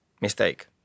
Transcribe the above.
Mistake